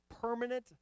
permanent